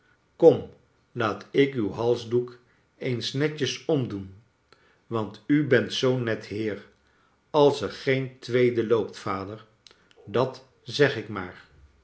kom laat ik uw halsdoek eens netjes omdoen want u bent zoo'n net heer als er geen tweede loopt vader dat zeg ik maar